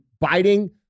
biting